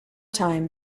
time